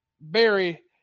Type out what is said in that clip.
Barry